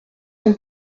son